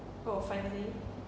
oh finally